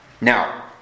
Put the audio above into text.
Now